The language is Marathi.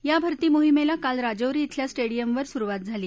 या भर्ती मोहिमेला काल राजौरी खेल्या स्टेडियमवर काल सुरुवात झाली